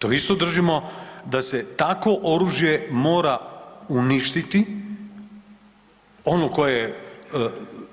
To isto držimo da se takvo oružje mora uništiti ono koje,